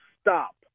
stop